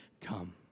come